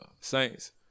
Saints